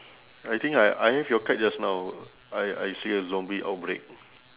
I think I I have your card just now I I see a zombie outbreak